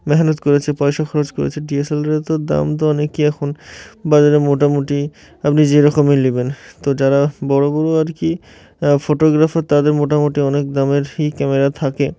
মেহনত করেছে পয়সা খরচ করেছে ডি এস এল আরের তো দাম তো অনেকই এখন বাজারে মোটামুটি আপনি যেরকমই নেবেন তো যারা বড় বড় আর কি ফোটোগ্রাফার তাদের মোটামুটি অনেক দামেরই ক্যামেরা থাকে